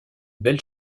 belle